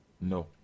No